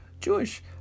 Jewish